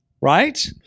Right